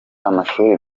amashuri